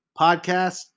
podcast